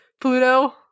pluto